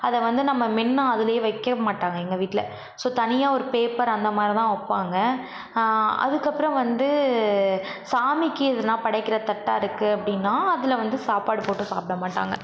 அதை வந்து நம்ம மென்று அதுலேயே வைக்க மாட்டாங்க எங்கள் வீட்டில் ஸோ தனியாக ஒரு பேப்பர் அந்தமாதிரிதான் வைப்பாங்க அதுக்கப்புறம் வந்து சாமிக்கு எதுனா படைக்கிற தட்டாக இருக்கு அப்படினா அதில் வந்து சாப்பாடு போட்டு சாப்பிட மாட்டாங்க